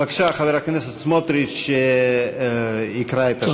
בבקשה, חבר הכנסת סמוטריץ יקרא את השאילתה.